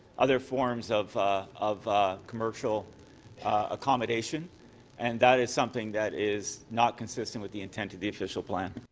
other forms of of commercial accommodation and that is something that is not consistent with the intent of the official plan.